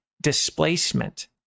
Displacement